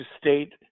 State